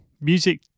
music